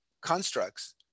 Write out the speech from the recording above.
constructs